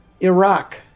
Iraq